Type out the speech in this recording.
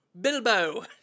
Bilbo